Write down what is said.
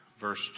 verse